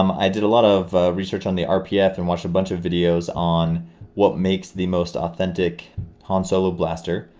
um i did a lot of research on the rpf and watched a bunch of videos on what make the most authentic han solo blaster.